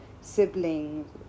siblings